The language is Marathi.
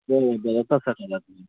हो हो जरा